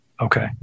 Okay